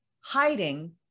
hiding